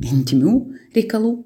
intymių reikalų